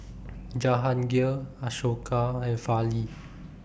Jahangir Ashoka and Fali